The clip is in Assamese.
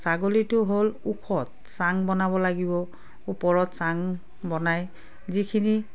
ছাগলীটো হ'ল ওখত চাং বনাব লাগিব ওপৰত চাং বনাই যিখিনি